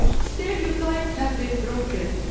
stereotypes have been broken.